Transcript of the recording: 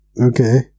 okay